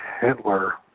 Hitler